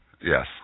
Yes